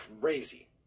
crazy